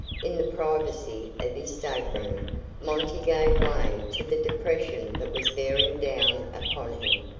in the privacy of his stateroom monty gave way to the depression that was bearing down upon him.